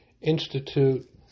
institute